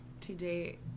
today